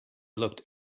looked